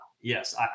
yes